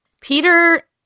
Peter